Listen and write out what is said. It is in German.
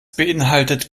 beinhaltet